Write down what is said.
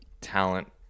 talent